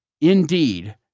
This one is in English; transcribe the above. indeed